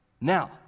Now